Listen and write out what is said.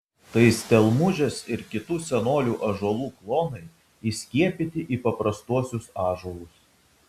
tai stelmužės ir kitų senolių ąžuolų klonai įskiepyti į paprastuosius ąžuolus